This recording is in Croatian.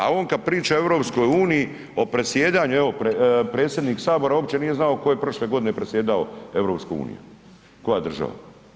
A on kada priča o EU o predsjedanju, evo predsjednik Sabora uopće nije znao tko je prošle godine predsjedao EU, koja država.